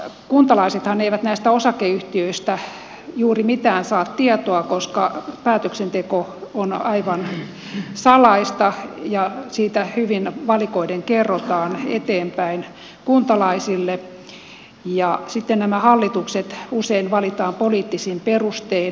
kuntalaisethan eivät näistä osakeyhtiöistä juuri mitään tietoa saa koska päätöksenteko on aivan salaista ja siitä hyvin valikoiden kerrotaan eteenpäin kuntalaisille ja sitten nämä hallitukset usein valitaan poliittisin perustein